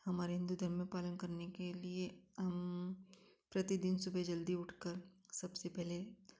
हमारे हिंदू धर्म में पालन करने के लिए प्रतिदिन सुबह जल्दी उठकर सबसे पहले